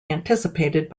anticipated